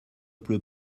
pleut